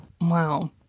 wow